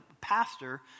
pastor